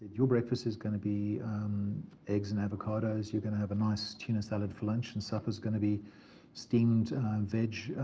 your breakfast is going to be eggs and avocados, you're going to have a nice tuna salad for lunch. and supper's going to be steamed veg,